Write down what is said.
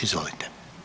Izvolite.